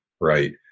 right